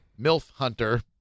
MILFHunter